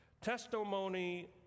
Testimony